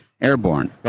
airborne